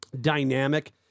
dynamic